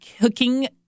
cooking